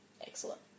excellent